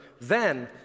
Then